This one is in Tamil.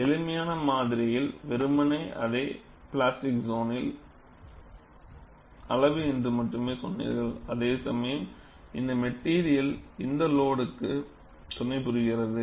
எளிமையான மாடலில் வெறுமனே அதை பிளாஸ்டிக் சோனின் அளவு என்று மட்டுமே சொன்னீர்கள் அதேசமயம் இந்த மெட்டீரியல் இந்த லோடுக்கு துணைபுரிகிறது